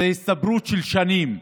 זו הצטברות של שנים.